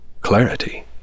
Clarity